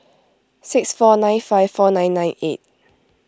six four nine five four nine nine eight